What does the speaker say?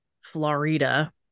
florida